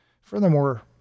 Furthermore